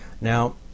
Now